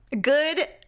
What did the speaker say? good